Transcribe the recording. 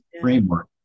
framework